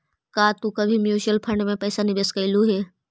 का तू कभी म्यूचुअल फंड में पैसा निवेश कइलू हे